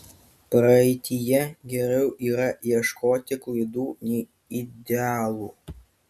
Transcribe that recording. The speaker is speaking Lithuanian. praeityje geriau yra ieškoti klaidų nei idealų